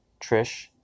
Trish